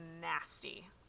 nasty